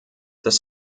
das